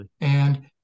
And-